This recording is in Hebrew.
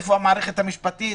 איפה המערכת המשפטית?